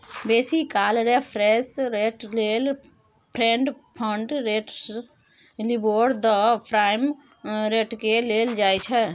बेसी काल reference rate लेल fed fund rates, LIBOR, the prime रेटकेँ लेल जाइ छै